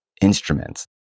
instruments